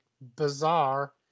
bizarre